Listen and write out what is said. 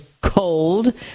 cold